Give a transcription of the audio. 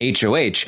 HOH